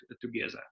together